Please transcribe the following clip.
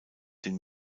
den